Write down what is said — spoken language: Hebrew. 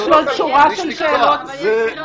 יש לו עוד שורה של שאלות לענות עליהן.